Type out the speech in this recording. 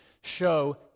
show